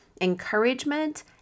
encouragement